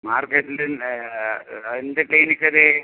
മാർക്കറ്റിൽ എന്ത് ക്ലിനിക്കിൽ